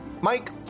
Mike